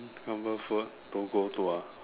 don't go tour